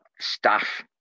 staff